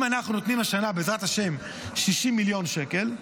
אם אנחנו נותנים השנה, בעזרת השם, 60 מיליון שקל,